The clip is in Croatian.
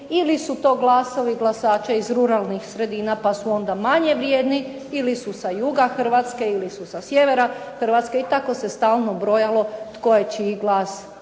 ili su to glasovi glasača iz ruralnih sredina pa su onda manje vrijedni ili su sa juga Hrvatske ili su sa sjevera i tako se stalno brojalo tko je čiji glas